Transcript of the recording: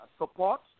support